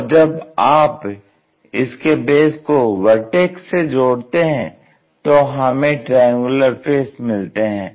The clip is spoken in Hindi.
और जब आप इसके बेस को वर्टेक्स से जोड़ते हैं तो हमें ट्रायंगुलर फेस मिलते हैं